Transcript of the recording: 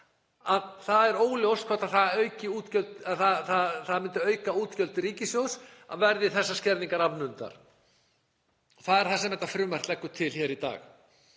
að það er óljóst hvort það myndi auka útgjöld ríkissjóðs væru þessar skerðingar afnumdar. Það er það sem þetta frumvarp leggur til hér í dag.